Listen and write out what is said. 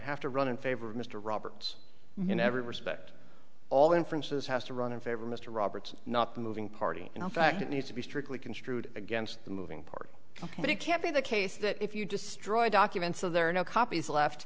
have to run in favor of mr roberts in every respect all inferences has to run in favor mr roberts not the moving party and in fact it needs to be strictly construed against the moving parts but it can't be the case that if you destroy documents so there are no copies left